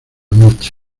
noche